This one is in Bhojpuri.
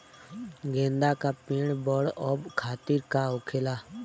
गेंदा का पेड़ बढ़अब खातिर का होखेला?